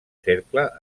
cercle